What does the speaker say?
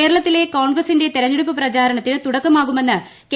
കേരളത്തിലെ കോൺഗ്രസിന്റെ തെരഞ്ഞെടുപ്പ് പ്രചാരണത്തിന് തുടക്കമാകുമെന്ന് കെ